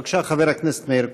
בבקשה, חבר הכנסת מאיר כהן.